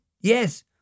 Yes